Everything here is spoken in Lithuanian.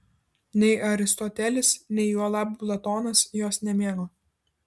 nei aristotelis nei juolab platonas jos nemėgo